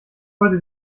wollte